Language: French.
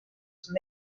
son